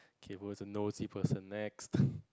Keith was a noisy person next